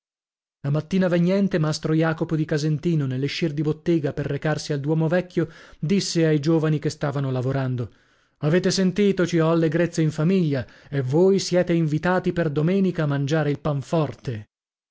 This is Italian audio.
la mattina vegnente mastro jacopo di casentino nell'escir di bottega per recarsi al duomo vecchio disse ai giovani che stavano lavorando avete sentito ci ho allegrezze in famiglia e voi siete invitati per domenica a mangiare il